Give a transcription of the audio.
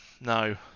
no